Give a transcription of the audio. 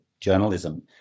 journalism